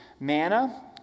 Manna